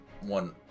one